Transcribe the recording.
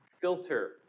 filter